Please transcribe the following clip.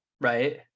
Right